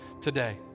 today